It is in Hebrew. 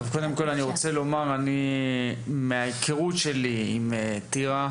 קודם כל, אני רוצה לומר שמההיכרות שלי עם טירה,